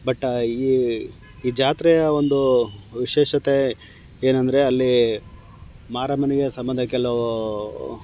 but ಈ ಈ ಜಾತ್ರೆಯ ಒಂದು ವಿಶೇಷತೆ ಏನೆಂದ್ರೆ ಅಲ್ಲಿ ಮಾರಮ್ಮನಿಗೆ ಸಂಬಂಧ ಕೆಲವು